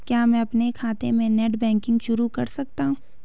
क्या मैं अपने खाते में नेट बैंकिंग शुरू कर सकता हूँ?